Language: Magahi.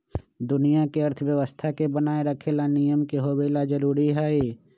दुनिया के अर्थव्यवस्था के बनाये रखे ला नियम के होवे ला जरूरी हई